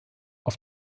auf